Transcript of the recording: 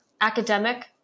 academic